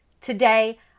Today